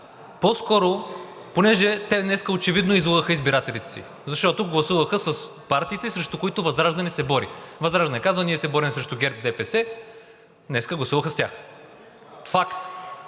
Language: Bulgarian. е така, понеже те днес очевидно излъгаха избирателите си, защото гласуваха с партиите, срещу които ВЪЗРАЖДАНЕ се бори. ВЪЗРАЖДАНЕ казва: ние се борим срещу ГЕРБ и ДПС, днес гласуваха с тях. Факт!